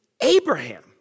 Abraham